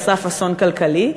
על סף אסון כלכלי,